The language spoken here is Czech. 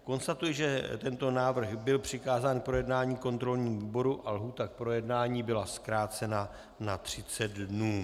Konstatuji, že tento návrh byl přikázán k projednání kontrolnímu výboru a lhůta k projednání byla zkrácena na 30 dnů.